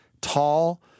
tall